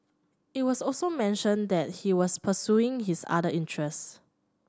it was also mentioned that he was pursuing his other interests